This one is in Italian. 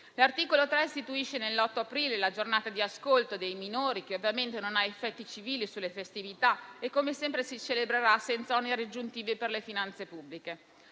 L'articolo 3 istituisce nell'8 aprile la Giornata di ascolto dei minori, che ovviamente non ha effetti civili sulle festività e, come sempre, si celebrerà senza oneri aggiuntivi per le finanze pubbliche.